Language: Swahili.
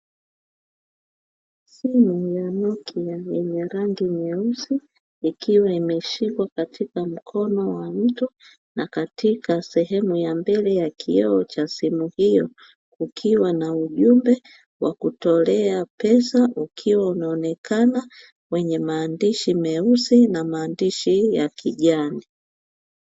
Simu ni ya Nokia yenye rangi nyeusi ikiwa imeshikwa katika mkono wa mtu na katika sehemu ya mbele ya kioo cha simu hiyo, kukiwa na ujumbe wa kutolea pesa ukiwa unaonekana kwenye maandishi meusi na maandishi ya kijani.